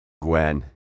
Gwen